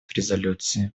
резолюции